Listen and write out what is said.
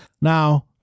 Now